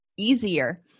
Easier